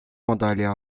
madalya